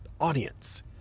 audience